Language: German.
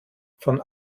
von